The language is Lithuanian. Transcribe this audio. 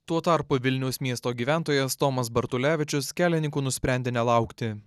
tuo tarpu vilniaus miesto gyventojas tomas bartulevičius kelininkų nusprendė nelaukti